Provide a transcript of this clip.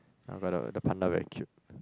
uh but the the panda very cute